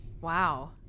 Wow